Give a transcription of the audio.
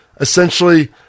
Essentially